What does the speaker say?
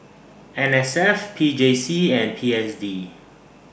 N S F P J C and P S D